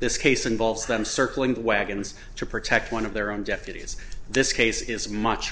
this case involves them circling the wagons to protect one of their own deputies this case is much